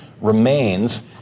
remains